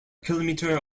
kilometre